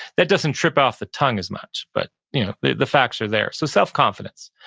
that doesn't trip off the tongue as much but yeah the the facts are there. so self confidence.